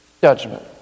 Judgment